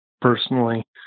personally